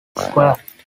squad